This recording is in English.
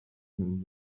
him